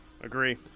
Agree